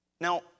Now